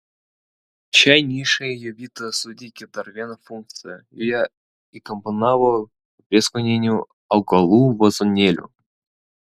šiai nišai jovita suteikė dar vieną funkciją joje įkomponavo prieskoninių augalų vazonėlių